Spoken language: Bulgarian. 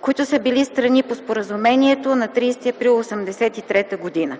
които са били страни по споразумението на 30 април 1983 г.